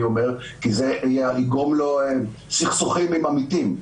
אומר כי זה יגרום לו סכסוכים עם עמיתים.